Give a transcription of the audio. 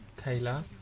Kayla